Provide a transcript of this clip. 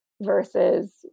versus